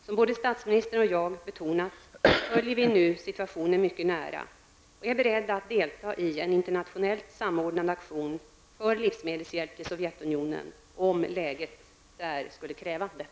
Som både statsministern och jag betonat följer vi nu situationen mycket nära och är beredda att delta i en internationellt samordnad aktion för livsmedelshjälp till Sovjetunionen, om läget där skulle kräva detta.